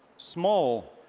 small,